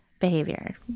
behavior